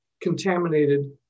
contaminated